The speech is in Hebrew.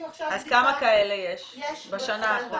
אז כמה כאלה יש בשנה האחרונה?